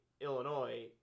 illinois